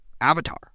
avatar